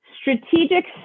strategic